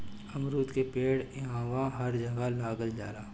अमरूद के पेड़ इहवां हर जगह लाग जाला